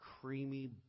creamy